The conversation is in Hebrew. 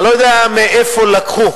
אני לא יודע מאיפה לקחו,